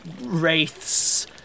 wraiths